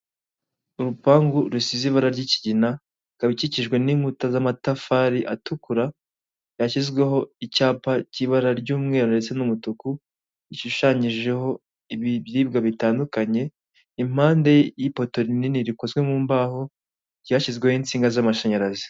Urupangu rusize ibara ry'ikigina, ikaba ikikijwe n'inkuta z'amatafari atukura, yashyizweho icyapa k'ibara ry'umweru ndetse n'umutuku, ishushanyijejeho ibiribwa bitandukanye, impande y'ipoto rinini rikozwe mu mbaho ryashyizweho insinga z'amashanyarazi.